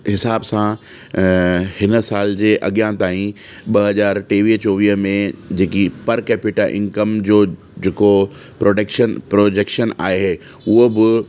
हिसाब सां हिन साल जे अॻियां ताईं ॿ हज़ार टेवीह चोवीह में जेकी पर केपीटा इंकम जो जेको प्रोडेक्शन प्रोजेक्शन आहे उहो बि